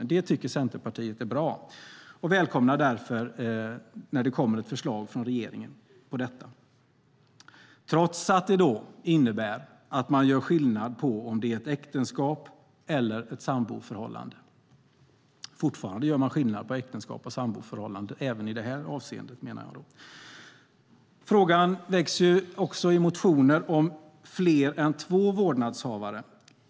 Det tycker Centerpartiet är bra och välkomnar därför ett förslag från regeringen om detta, trots att det innebär att man även här gör skillnad på om det är ett äktenskap eller ett samboförhållande. Frågan om fler än två vårdnadshavare väcks också i motioner.